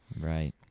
Right